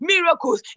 Miracles